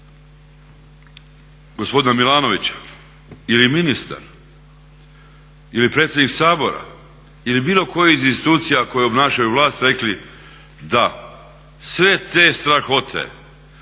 gospodina Milanovića ili ministar ili predsjednik Sabora ili bilo tko iz institucija koji obnašaju vlast rekli da sve te strahote,